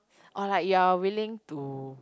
or like you're willing to